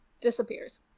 disappears